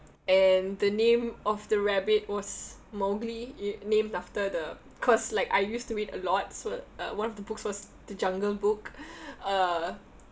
and the name of the rabbit was mowgli is named after the because like I used to read a lot so uh one of the books was the jungle book uh